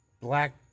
black